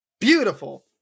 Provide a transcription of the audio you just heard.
beautiful